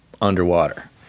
underwater